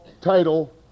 title